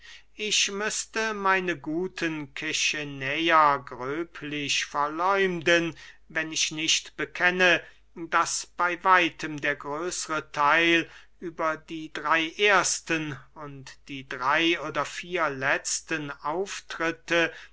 ich müßte meine guten kechenäer gröblich verleumden wenn ich nicht bekennte daß bey weitem der größere theil über die drey ersten und die drey oder vier letzten auftritte